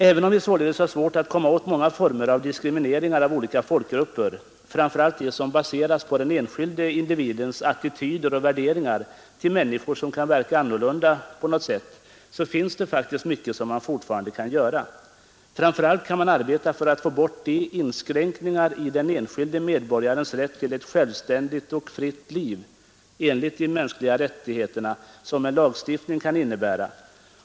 Även om vi således har svårt att komma åt många former av diskrimineringar av olika folkgrupper, framför allt de som baseras på den enskilde individens attityder och värderingar till människor som kan verka annorlunda på något sätt, finns det mycket som vi fortfarande kan göra. Först och främst kan man arbeta för att få bort de inskränkningar i den enskilde medborgarens rätt till ett självständigt och fritt liv enligt de mänskliga rättigheterna som en lagstiftning kan innebära.